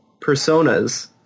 personas